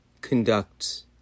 conducts